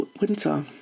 winter